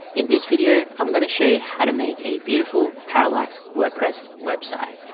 in this video i'm gonna show you how to make a beautiful parallax wordpress website